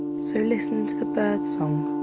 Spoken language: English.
so listen to the birdsong.